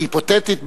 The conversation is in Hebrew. היא היפותטית,